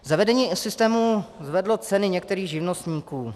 Zavedení systému zvedlo ceny některých živnostníků.